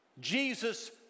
Jesus